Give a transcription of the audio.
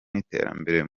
n’iterambere